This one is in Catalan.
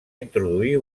introduir